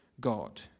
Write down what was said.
God